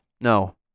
No